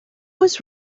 was